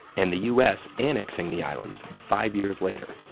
and the u s. annexing the islands five years later.